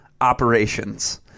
operations